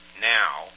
now